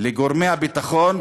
לגורמי הביטחון